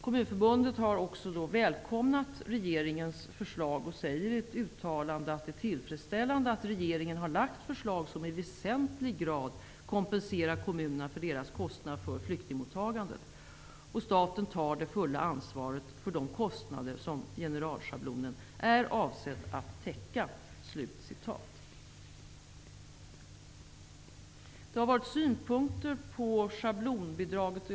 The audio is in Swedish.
Kommunförbundet har välkomnat regeringens förslag och säger i ett uttalande att det är tillfredsställande att regeringen har lagt fram förslag som i väsentlig grad kompenserar kommunerna för deras kostnader för flyktingmottagandet. Staten tar det fulla ansvaret för de kostnader som generalschablonen är avsedd att täcka. Det har över huvud taget funnits synpunkter på schablonbidraget.